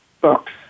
books